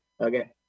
Okay